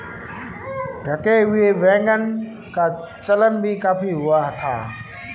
ढके हुए वैगन का चलन भी काफी हुआ था